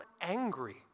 angry